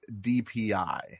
DPI